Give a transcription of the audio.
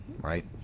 right